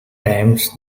times